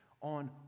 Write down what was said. on